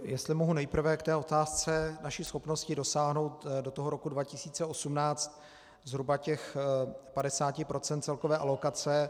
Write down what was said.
Jestli mohu nejprve k té otázce naší schopnosti dosáhnout do toho roku 2018 zhruba těch 50 % celkové alokace.